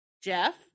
Jeff